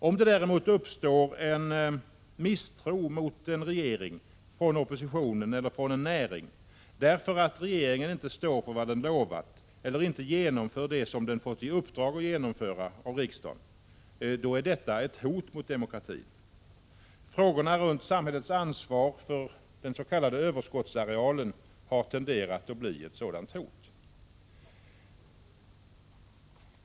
Om det däremot uppstår en misstro mot en regering från oppositionen eller från en näring därför att regeringen inte står för vad den lovat eller inte genomför det som den har fått i uppdrag att genomföra av riksdagen, är detta ett hot mot demokratin. Frågorna om samhällets ansvar för den s.k. överskottsarealen har tenderat att bli ett sådant hot.